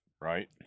right